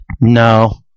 No